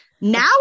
Now